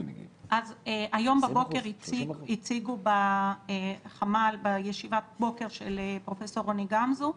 היום הציגו בחמ"ל בישיבת הבוקר של פרופ' רוני גמזו,